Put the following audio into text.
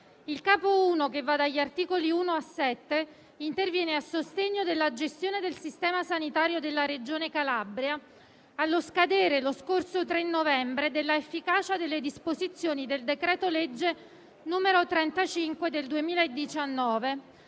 Il capo I, che va dall'articolo 1 all'articolo 7, interviene a sostegno della gestione del sistema sanitario della Regione Calabria allo scadere, lo scorso 3 novembre, dell'efficacia delle disposizioni del decreto-legge n. 35 del 2019,